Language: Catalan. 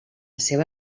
seva